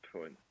point